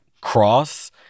cross